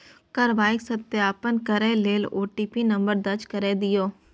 कार्रवाईक सत्यापन करै लेल ओ.टी.पी नंबर दर्ज कैर दियौ